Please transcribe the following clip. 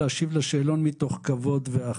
להשיב לשאלון מתוך כבוד והכלה".